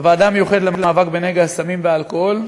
בוועדה המיוחדת למאבק בנגע הסמים והאלכוהול,